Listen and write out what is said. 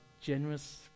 generous